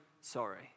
sorry